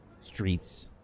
streets